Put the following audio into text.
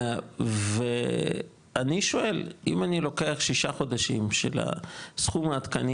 אם אני לוקח שישה חודשים של הסכום העדכני